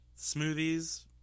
Smoothies